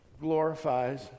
glorifies